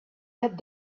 had